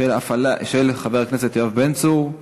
מס' 3417, של חבר הכנסת יואב בן צור,